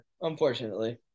unfortunately